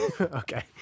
okay